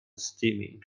steaming